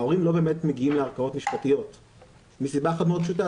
ההורים לא באמת מגיעים לערכאות משפטיות מסיבה מאוד פשוטה,